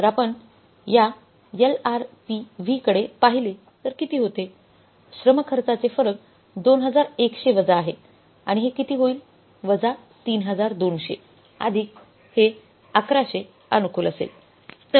तर आपण या LRPV कडे पाहिले तर किती होते श्रम खर्चाचे फरक 2100 वजा आहे आणि हे किती होईल वजा 3200 अधिक हे 1100 अनुकूल असेल